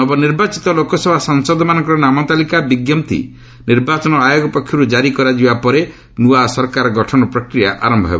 ନବ ନିର୍ବାଚିତ ଲୋକସଭା ସାଂସଦମାନଙ୍କର ନାମ ତାଲିକା ବିଜ୍ଞପ୍ତି ନିର୍ବାଚନ ଆୟୋଗ ପକ୍ଷରୁ ଜାରି କରାଯିବା ପରେ ନୃଆ ସରକାର ଗଠନ ପ୍ରକ୍ରିୟା ଆରମ୍ଭ ହେବ